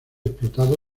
explotado